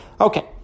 Okay